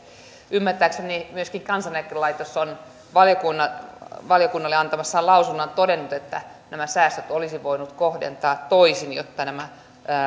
ymmärtääkseni myöskin kansaneläkelaitos on valiokunnalle antamassaan lausunnossa todennut että nämä säästöt olisi voinut kohdentaa toisin jotta nämä